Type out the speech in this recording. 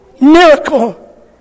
miracle